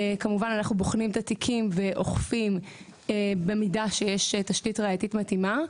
כמובן אנחנו בוחנים את התיקים ואוכפים במידה שיש תשתית ראייתית מתאימה.